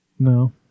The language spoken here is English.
No